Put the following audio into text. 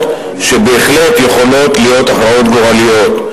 שבאמת יכולות להיות הכרעות גורליות.